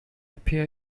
appear